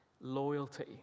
loyalty